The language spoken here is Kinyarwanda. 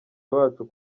bacu